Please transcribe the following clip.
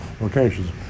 locations